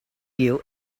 you